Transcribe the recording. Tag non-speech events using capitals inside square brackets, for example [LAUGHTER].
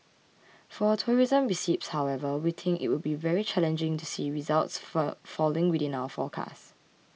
for tourism receipts however we think it would be very challenging to see results [UNINTELLIGIBLE] falling within our forecast